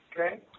Okay